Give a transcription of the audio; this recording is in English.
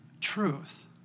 truth